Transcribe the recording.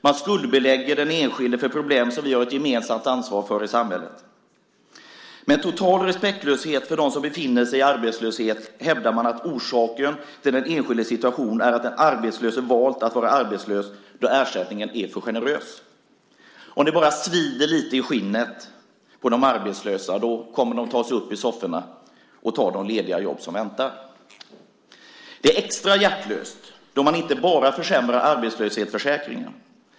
Man skuldbelägger den enskilde för problem som vi har ett gemensamt ansvar för i samhället. Med total respektlöshet för dem som befinner sig i arbetslöshet hävdar man att orsaken till den enskildes situation är att den arbetslöse valt att vara arbetslös då ersättningen är för generös. Om det bara svider lite i skinnet på de arbetslösa så kommer de att ta sig upp ur sofforna och ta de lediga jobb som väntar. Det är extra hjärtlöst då man inte bara försämrar arbetslöshetsförsäkringen.